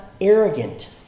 arrogant